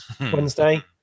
Wednesday